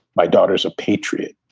my daughter's a patriot.